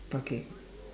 okay